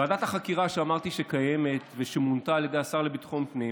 ועדת החקירה שאמרתי שקיימת ושמונתה על ידי השר לביטחון הפנים